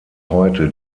heute